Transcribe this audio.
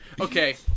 Okay